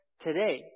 today